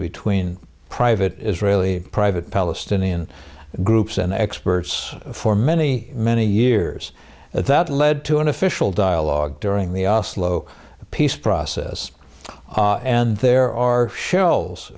between private israeli private palestinian groups and experts for many many years that led to an official dialogue during the osce low peace process and there are shells